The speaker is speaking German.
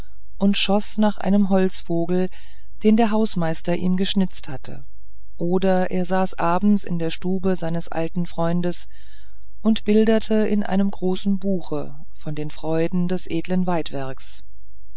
und schoß nach einem holzvogel den der hausmeister ihm geschnitzt hatte oder er saß abends in der stube seines alten freundes und bilderte in einem großen buche von den freuden des edlen weidwerks